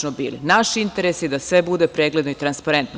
Naš interes je da sve bude pregledno i transparentno.